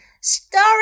Story